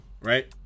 right